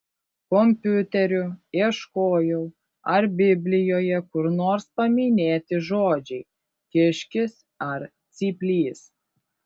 kompiuteriu ieškojau ar biblijoje kur nors paminėti žodžiai kiškis ar cyplys